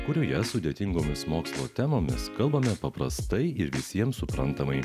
kurioje sudėtingomis mokslo temomis kalbame paprastai ir visiems suprantamai